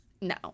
No